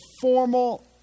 formal